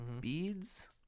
Beads